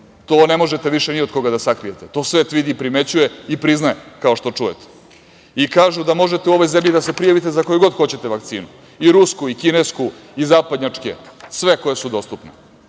To ne možete više ni od koga da sakrijete. To svet vidi i primećuje i priznaje, kao što čujete. I kažu da možete u ovoj zemlji da se prijavite za koju god hoćete vakcinu – i rusku i kinesku i zapadnjačke, sve koje su dostupne.